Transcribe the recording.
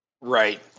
Right